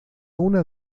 una